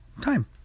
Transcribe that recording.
time